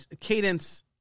Cadence